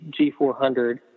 G400